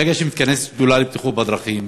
ברגע שמתכנסת שדולה לבטיחות בדרכים